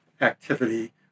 activity